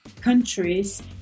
countries